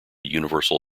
universal